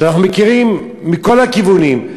שאנחנו מכירים מכל הכיוונים,